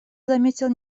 заметил